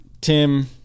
tim